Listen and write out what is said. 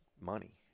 money